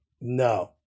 No